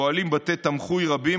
פועלים בתי תמחוי רבים,